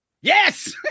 Yes